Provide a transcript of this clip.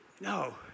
no